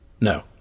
No